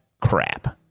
crap